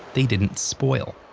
they didn't spoil.